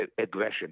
aggression